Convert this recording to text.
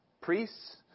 Priests